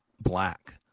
black